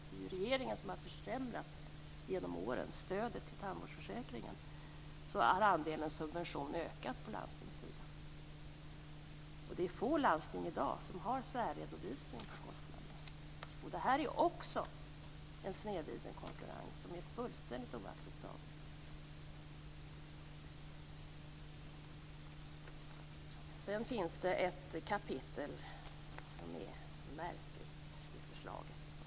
Eftersom regeringen genom åren har försämrat stödet till tandvårdsförsäkringen, har andelen subventioner ökat på landstingssidan. Det är få landsting i dag som har särredovisning av kostnaderna. Det här är också en snedvriden konkurrens som är fullständigt oacceptabel. Sedan finns det ett kapitel som är märkligt i förslaget.